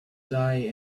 die